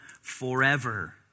forever